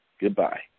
Goodbye